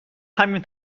همین